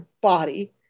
body